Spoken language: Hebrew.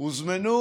הוזמנו